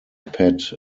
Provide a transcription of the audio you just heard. pat